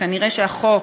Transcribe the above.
וכנראה החוק,